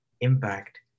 impact